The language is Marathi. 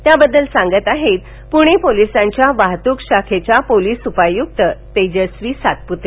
त्याबद्दल सांगत आहेत पुणे पोलिसांच्या वाहतूक शाखेच्या उपायुक्त तेजस्वी सातपूते